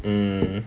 mmhmm